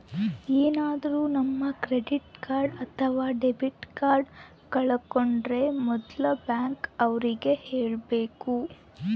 ಏನಾದ್ರೂ ನಮ್ credit card ಅಥವಾ ಡೆಬಿಟ್ ಕಾರ್ಡ್ ಕಳ್ಕೊಂಡ್ರೆ ಮೊದ್ಲು ಬ್ಯಾಂಕ್ ಅವ್ರಿಗೆ ಹೇಳ್ಬೇಕು